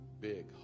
big